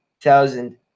thousand